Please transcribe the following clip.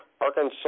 Arkansas